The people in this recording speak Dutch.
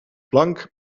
plank